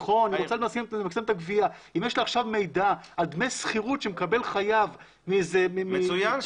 אם יש לה עכשיו מידע על דמי שכירות שמקבל חייב מ --- מצוין,